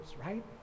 right